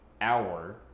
hour